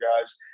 guys